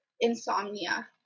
insomnia